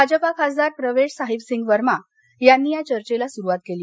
भाजपा खासदार प्रवेश साहिब सिंह वर्मा यांनी या चर्चेला सुरुवात केली